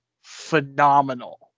phenomenal